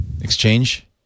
Exchange